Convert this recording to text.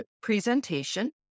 presentation